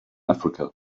africa